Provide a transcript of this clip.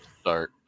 start